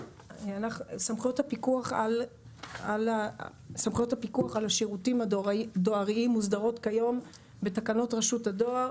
סמכויות הפיקוח על השירותים הדואריים מוסדרות כיום בתקנות רשות הדואר,